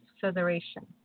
Federation